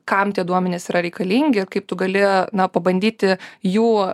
kam tie duomenys yra reikalingi kaip tu gali na pabandyti jų